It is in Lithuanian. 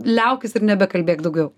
liaukis ir nebekalbėk daugiau